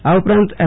આ ઉપરાંત એમ